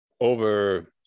over